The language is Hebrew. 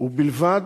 ובלבד